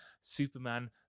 Superman